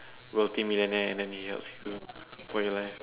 multi-millionaire then he helps you for your life